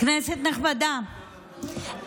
כנסת נכבדה,